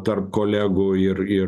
tarp kolegų ir ir